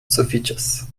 sufiĉas